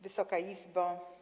Wysoka Izbo!